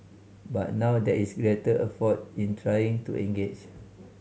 but now there is greater effort in trying to engage